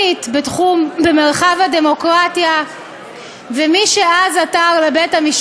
בבקשה, אדוני.